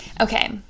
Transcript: Okay